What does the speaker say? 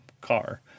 car